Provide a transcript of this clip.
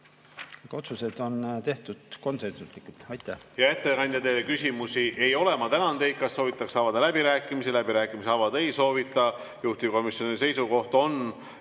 otsused on tehtud konsensuslikult. Aitäh! Hea ettekandja, teile küsimusi ei ole. Ma tänan teid. Kas soovitakse avada läbirääkimisi? Läbirääkimisi avada ei soovita. Juhtivkomisjoni seisukoht on,